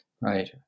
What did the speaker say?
right